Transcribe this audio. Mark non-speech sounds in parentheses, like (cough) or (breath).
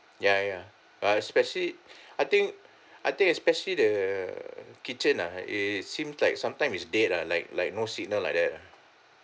ya ya uh especially (breath) I think I think especially the kitchen ah it is seems like sometimes it's dead ah like like no signal like that ah